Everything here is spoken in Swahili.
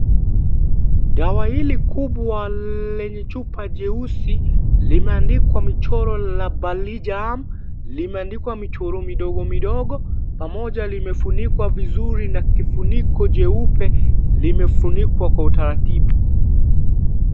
Dawa hili kubwa lenye chupa jeusi limeandikwa michoro la Balijaam , limeandikwa michoro midogomidogo pamoja limefunikwa vizuri na kifuniko jeupe, limefunikwa kwa utaratibu.